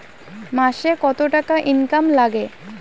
মাসে কত টাকা ইনকাম নাগে?